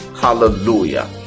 Hallelujah